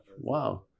Wow